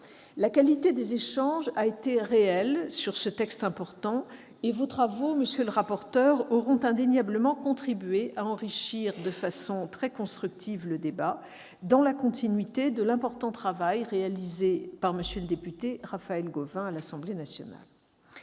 La qualité de nos échanges a été réelle sur ce texte important, et vos travaux, monsieur le rapporteur, auront indéniablement contribué à enrichir de façon très constructive le débat, dans la continuité de l'important travail réalisé par M. le député Raphaël Gauvain. Même si,